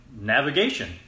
navigation